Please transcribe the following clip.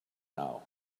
now